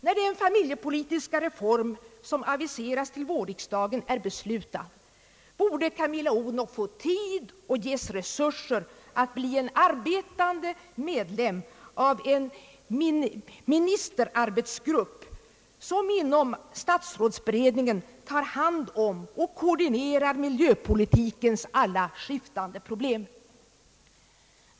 När den familjepolitiska reform, som aviseras till vårriksdagen, är beslutad borde Camilla Odhnoff få tid och ges resurser att bli en arbetande medlem av en ministerarbetsgrupp, som inom statsrådsberedningen tar hand om och koordinerar miljöpolitikens alla skiftande problem.